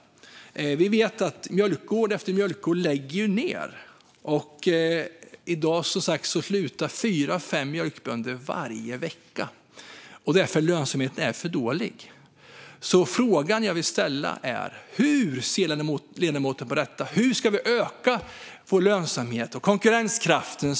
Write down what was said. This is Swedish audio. Vi vet att mjölkgård efter mjölkgård läggs ned. I dag slutar som sagt fyra fem mjölkbönder varje vecka på grund av att lönsamheten är för dålig. Hur ser ledamoten på detta? Hur ska vi öka vår lönsamhet och konkurrenskraft?